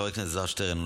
חבר הכנסת אלעזר שטרן,